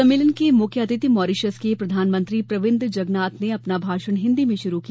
सम्मेलन के मुख्य अतिथि मॉरिशस के प्रधानमंत्री प्रविंद जगनाथ ने अपना भाषण हिन्दी में शुरू किया